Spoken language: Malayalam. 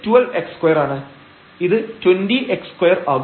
അത് 20x2 ആകും